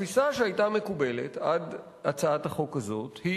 התפיסה שהיתה מקובלת עד הצעת החוק הזאת היא